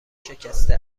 شکسته